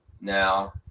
now